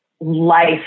life